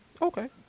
okay